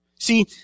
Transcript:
See